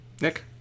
Nick